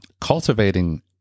cultivating